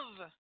Love